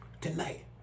tonight